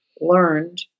learned